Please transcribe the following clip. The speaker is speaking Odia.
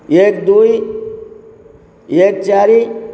ଏକ ଦୁଇ ଏକ ଚାରି